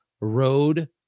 road